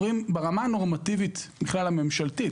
אומרים שברמה הנורמטיבית הממשלתית,